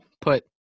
put –